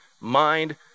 mind